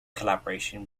collaboration